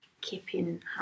keeping